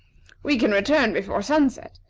we can return before sunset,